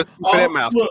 look